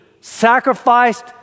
sacrificed